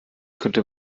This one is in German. könnte